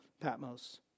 Patmos